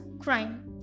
crime